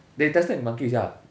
they tested in monkeys ya